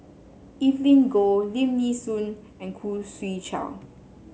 Evelyn Goh Lim Nee Soon and Khoo Swee Chiow